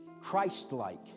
Christ-like